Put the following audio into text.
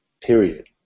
period